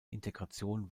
integration